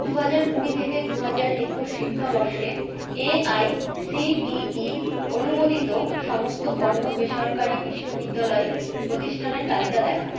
দু হাজার কুড়ি থেকে দু হাজার একুশ শিক্ষাবর্ষে এআইসিটিই অনুমোদিত সমস্ত গণ্য বেসরকারি বিশ্ববিদ্যালয় প্রতিষ্ঠানের তালিকা দেখান